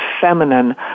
feminine